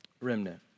remnant